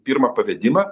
pirmą pavedimą